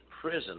prison